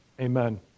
Amen